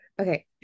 okay